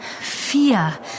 Vier